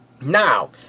Now